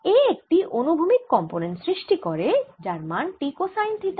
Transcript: এ একটি অনুভূমিক কম্পোনেন্ট সৃষ্টি করে যার মান T কোসাইন থিটা